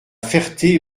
ferté